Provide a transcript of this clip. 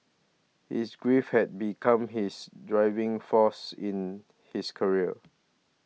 his grief had become his driving force in his career